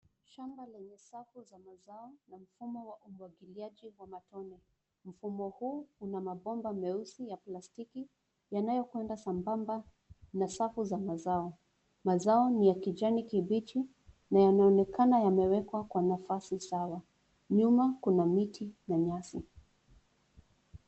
Shamba lenye safu za mazao na mfumo wa umwagiliaji wa matone. Mfumo huu una mabomba meusi ya plastiki, yanayokwenda sambamba na safu za mazao. Mazao ni ya kijani kibichi na yanaonekana yamewekwa kwa nafasi sawa. Nyuma kuna miti na nyasi.